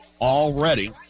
already